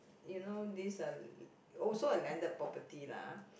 you know this uh also a landed property lah